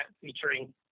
featuring